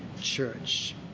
church